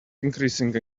increasing